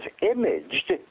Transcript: imaged